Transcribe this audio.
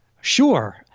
Sure